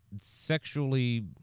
sexually